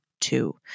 two